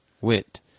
wit